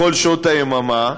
בכל שעות היממה,